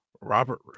robert